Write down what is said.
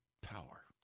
power